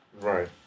Right